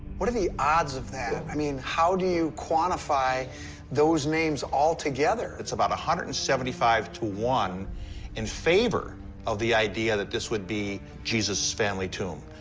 what are the odds of that? i mean, how do you quantify those names all together? it's about one hundred and seventy five to one in favor of the idea that this would be jesus' family tomb.